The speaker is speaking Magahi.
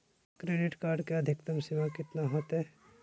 क्रेडिट कार्ड के अधिकतम सीमा कितना होते?